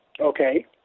Okay